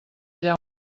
allà